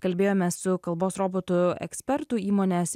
kalbėjome su kalbos robotų ekspertu įmonės